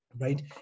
right